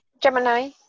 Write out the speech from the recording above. Gemini